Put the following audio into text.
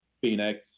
Phoenix